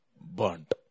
burnt